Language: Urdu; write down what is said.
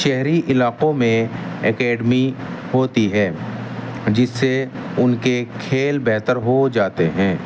شہری علاقوں میں اکیڈمی ہوتی ہے جس سے ان کے کھیل بہتر ہو جاتے ہیں